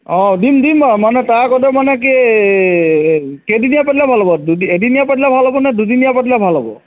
অঁ দিম দিম মানে তাৰ আগতে মানে কি এই কেইদিনীয়া পাতিলে ভাল হ'ব দুদিন এদিনীয়া পাতিলে ভাল হ'ব নে দুদিনীয়া পাতিলে ভাল হ'ব